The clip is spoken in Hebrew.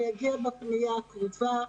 הוא יגיע בפנייה הקרובה.